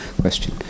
Question